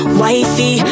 wifey